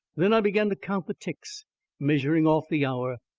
then i began to count the ticks measuring off the hour.